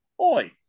Oi